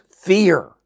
fear